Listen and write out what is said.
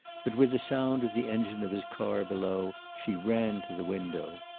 but with the sound of the engine of his car below she ran to the window.